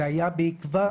זה היה בעקבות